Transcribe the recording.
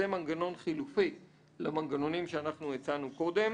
זה מנגנון חילופי למנגנונים שאנחנו הצענו קודם.